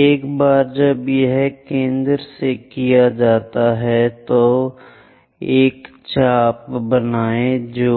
एक बार जब यह केंद्र से किया जाता है तो एक चाप बनाएं जो